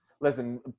Listen